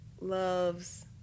loves